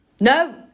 No